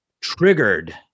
triggered